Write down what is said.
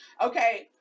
okay